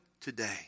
today